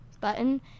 button